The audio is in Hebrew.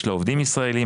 יש לה עובדים ישראלים,